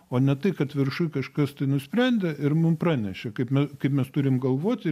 o ne tai kad viršuj kažkas tai nusprendė ir mum pranešė kaip me kaip mes turim galvoti